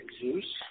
Zeus